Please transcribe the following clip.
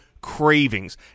cravings